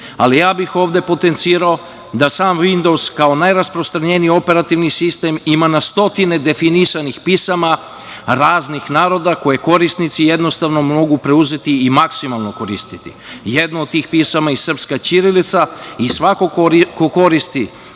ali bih ovde potencirao da sam „Windows“, kao najrasprostranjeniji operativni sistem ima na stotine definisanih pisama raznih naroda koje korisnici jednostavno mogu preuzeti i maksimalno koristiti. Jedno od tih pisama je i srpska ćirilica i svako ko koristi